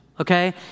okay